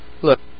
Look